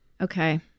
Okay